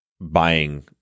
buying